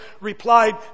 replied